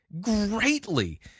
greatly